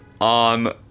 on